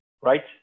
right